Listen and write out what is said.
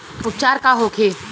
उपचार का होखे?